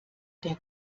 der